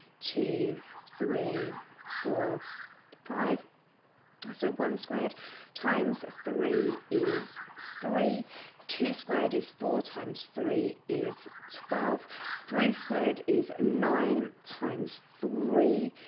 two three four five said one squared times three is three two squared is four times three is twelve three squared is nine times three?